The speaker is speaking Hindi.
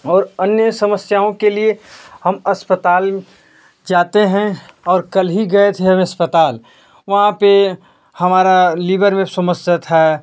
और अन्य समस्याओं के लिए हम अस्पताल जाते हैं और कल ही गए थे हम अस्पताल वहाँ पर हमारे लीवर में समस्या थी